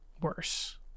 worse